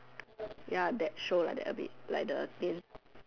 ya that show like that a bit like the dian~